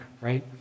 right